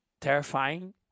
terrifying